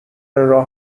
راه